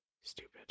stupid